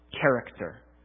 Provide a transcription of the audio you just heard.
character